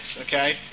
okay